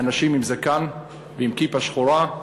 אנשים עם זקן ועם כיפה שחורה,